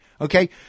Okay